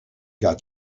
got